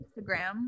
Instagram